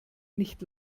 nicht